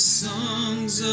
songs